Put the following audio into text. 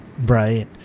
right